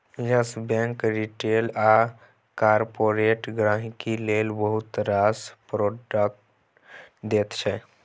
yes bank retail आ corporate गांहिकी लेल बहुत रास प्रोडक्ट दैत छै